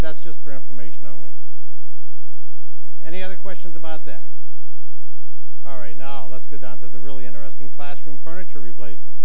that's just for information only and the other questions about that all right now let's go down to the really interesting classroom furniture replacement